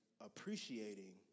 appreciating